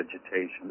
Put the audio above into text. vegetation